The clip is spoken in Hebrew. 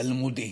תלמודי,